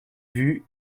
vue